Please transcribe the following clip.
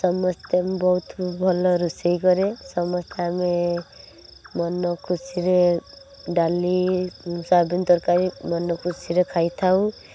ସମସ୍ତେ ବହୁତ ଭଲ ରୋଷେଇ କରେ ସମସ୍ତେ ଆମେ ମନ ଖୁସିରେ ଡାଲି ସୋୟାବିନ ତରକାରୀ ମନ ଖୁସିରେ ଖାଇଥାଉ